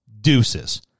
deuces